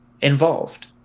Involved